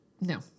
No